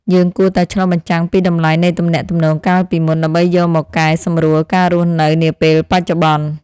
យើងគួរតែឆ្លុះបញ្ចាំងពីតម្លៃនៃទំនាក់ទំនងកាលពីមុន ដើម្បីយកមកកែសម្រួលការរស់នៅនាពេលបច្ចុប្បន្ន។